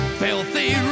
filthy